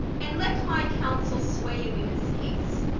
and let my counsel sway you in this case.